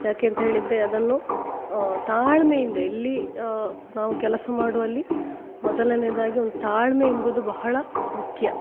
ಯಾಕೆ ಅಂತ ಹೇಳಿದರೆ ಅದನ್ನು ತಾಳ್ಮೆಯಿಂದ ಎಲ್ಲಿ ನಾವು ಕೆಲಸ ಮಾಡುವಲ್ಲಿ ಮೊದಲನೇದಾಗಿ ಒಂದು ತಾಳ್ಮೆ ಎಂಬುದು ಬಹಳ ಮುಖ್ಯ